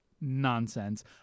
nonsense